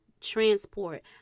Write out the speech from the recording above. Transport